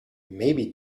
maybe